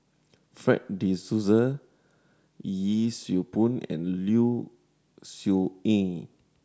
Fred De Souza Yee Siew Pun and Low Siew Nghee